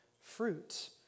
fruit